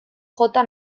jota